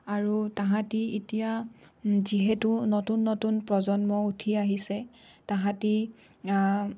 আৰু তাহাঁতে এতিয়া যিহেতু নতুন নতুন প্ৰজন্ম উঠি আহিছে তাহাঁতে